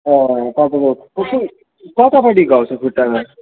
अँ तपाईँको त्यो चाहिँ कतापटि घाउ छ खुट्टामा